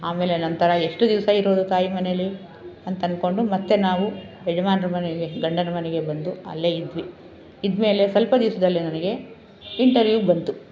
ಆಮೇಲೆ ನಂತರ ಎಷ್ಟು ದಿವಸ ಇರೋದು ತಾಯಿ ಮನೆಲ್ಲಿ ಅಂತ ಅಂದ್ಕೊಂಡು ಮತ್ತೆ ನಾವು ಯಜಮಾನರ ಮನೆಗೆ ಗಂಡನ ಮನೆಗೆ ಬಂದು ಅಲ್ಲೇ ಇದ್ವಿ ಇದ್ದ ಮೇಲೆ ಸ್ವಲ್ಪ ದಿವಸದಲ್ಲೇ ನನಗೆ ಇಂಟರ್ವ್ಯೂವ್ ಬಂತು